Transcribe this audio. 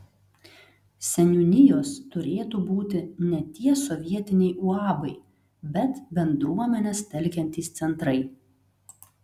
seniūnijos turėtų būti ne tie sovietiniai uabai bet bendruomenes telkiantys centrai